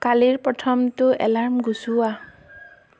কালিৰ প্ৰথমটো এলাৰ্ম গুচোৱা